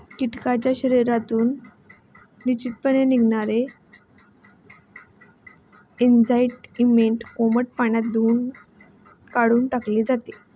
कीटकांच्या शरीरातून निश्चितपणे निघणारे एन्झाईम कोमट पाण्यात धुऊन काढून टाकले जाते